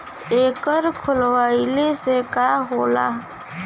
एकर खोलवाइले से का होला?